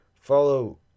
Follow